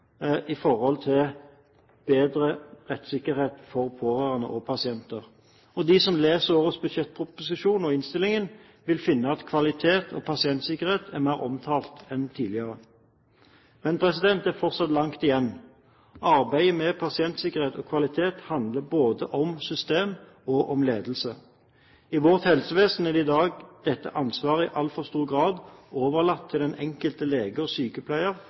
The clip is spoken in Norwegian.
bedre rettssikkerhet for pårørende og pasienter. De som leser årets budsjettproposisjon og -innstilling, vil finne at kvalitet og pasientsikkerhet er mer omtalt enn tidligere. Men det er fortsatt langt igjen. Arbeidet med pasientsikkerhet og kvalitet handler både om systemer og om ledelse. I vårt helsevesen i dag er dette ansvaret i altfor stor grad overlatt til den enkelte lege og sykepleier